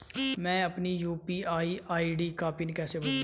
मैं अपनी UPI ID का पिन कैसे बदलूं?